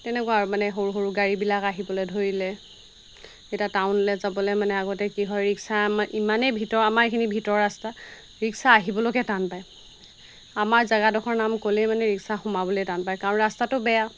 তেনেকুৱা আৰু মানে সৰু সৰু গাড়ীবিলাক আহিবলৈ ধৰিলে এতিয়া টাউনলৈ যাবলৈ মানে আগতে কি হয় ৰিক্সা আমাৰ ইমানেই ভিতৰ আমাৰ এইখিনি ভিতৰ ৰাস্তা ৰিক্সা আহিবলৈকে টান পায় আমাৰ জেগাডখৰ নাম ক'লেই মানে ৰিক্সা সোমাবলৈ টান পায় কাৰণ ৰাস্তাটো বেয়া